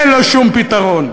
אין לו שום פתרון.